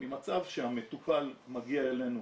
ממצב שהמטופל מגיע אלינו